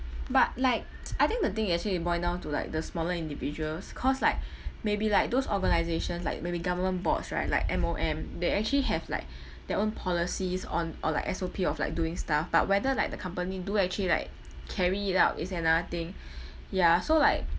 but like I think the thing it actually boil down to like the smaller individuals cause like maybe like those organisations like maybe government boards right like M_O_M they actually have like their own policies on or like S_O_P of like doing stuff but whether like the company do actually like carry it out is another thing ya so like